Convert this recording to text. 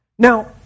Now